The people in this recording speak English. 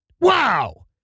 Wow